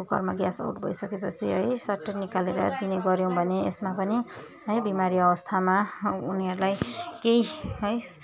कुकरमा gas out भइसकेपछि सट्ट निकालेर दिने गऱ्यौँ भने यसमा पनि है बिमारी अवस्थामा उनीहरूलाई केही है